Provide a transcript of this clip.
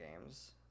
games